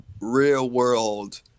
real-world